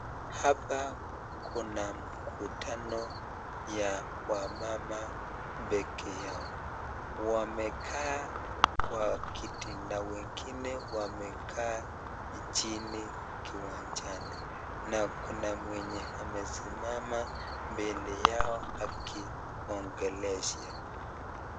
Hapa kuna mkutano ya wamama peke yao . Wamekaa kwa kiti na wengine wamekaa chini kiwanjani na kuna mwenye amesimama mbele yao akiongelesha.